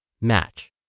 match